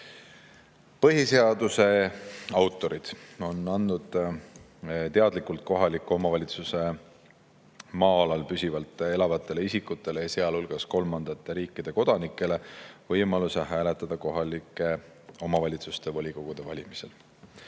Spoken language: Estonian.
Põhiseaduse autorid on teadlikult andnud kohaliku omavalitsuse maa-alal püsivalt elavatele isikutele ja sealhulgas kolmandate riikide kodanikele võimaluse hääletada kohalike omavalitsuste volikogude valimisel.